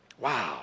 Wow